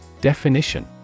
Definition